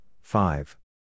five